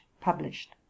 published